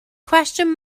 cwestiwn